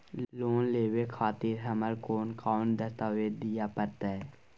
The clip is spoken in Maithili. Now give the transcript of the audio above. लोन लेवे खातिर हमरा कोन कौन दस्तावेज दिय परतै?